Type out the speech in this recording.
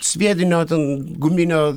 sviedinio ten guminio